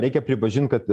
reikia pripažint kad